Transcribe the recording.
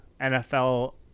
NFL